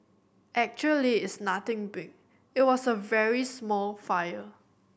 actually it's nothing big it was a very small fire